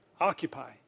Occupy